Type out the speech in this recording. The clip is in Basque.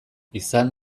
izan